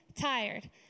tired